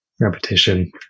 repetition